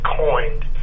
coined